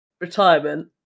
retirement